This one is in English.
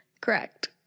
Correct